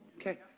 Okay